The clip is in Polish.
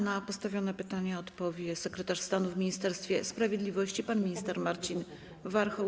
Na postawione pytania odpowie sekretarz stanu w Ministerstwie Sprawiedliwości pan minister Marcin Warchoł.